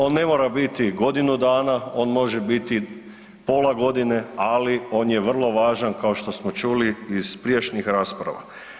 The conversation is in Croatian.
On ne mora biti godinu dana, on može biti pola godine ali on je vrlo važan kao što smo čuli iz prijašnjih rasprava.